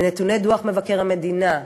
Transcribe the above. מנתוני דוח מבקר המדינה,